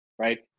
right